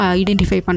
identify